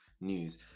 news